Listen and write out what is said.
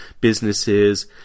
businesses